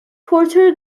porter